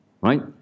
Right